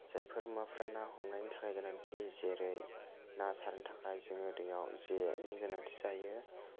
जायफोर मुवाफोरा ना हमनायनि थाखाय गोनांथि जेरै ना सारनो थाखाय जोङो दैयाव जेनि गोनांथि जायो